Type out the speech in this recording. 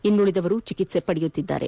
ಇನ್ನುಳಿದವರು ಚಿಕಿತ್ಸೆ ಪಡೆಯುತ್ತಿದ್ದಾರೆ